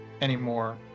anymore